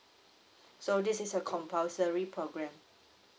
so this is a compulsory programme